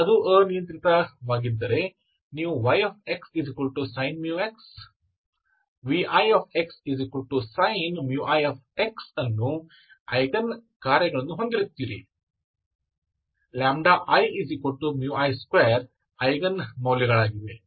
ಒಮ್ಮೆ ಅದು ಅನಿಯಂತ್ರಿತವಾಗಿದ್ದರೆ ನೀವುyxsin μx vixSin ix ಅನ್ನು ಐಗನ್ ಕಾರ್ಯಗಳನ್ನು ಹೊಂದಿರುತ್ತೀರಿ ii2ಐಗನ್ ಮೌಲ್ಯಗಳಾಗಿವೆ